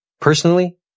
Personally